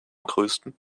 größten